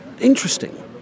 interesting